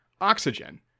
oxygen